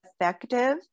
effective